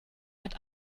hat